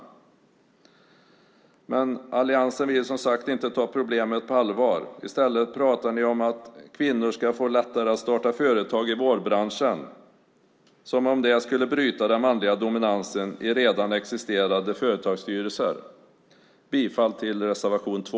Men alliansen vill som sagt inte ta problemet på allvar. I stället pratar ni om att kvinnor ska få lättare att starta företag i vårdbranschen. Som om det skulle bryta den manliga dominansen i redan existerande företagsstyrelser! Jag yrkar bifall till reservation 2.